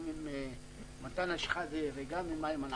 גם עם אנטאנס שחאדה וגם עם איימן,